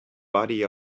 body